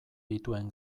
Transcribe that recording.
dituen